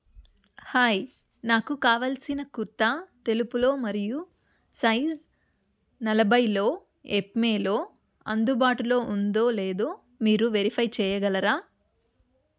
hi నాకు కావలసిన కుర్తా తెలుపులో మరియు సైజ్ నలభైలో యెప్మేలో అందుబాటులో ఉందో లేదో మీరు వెరిఫై చేయగలరా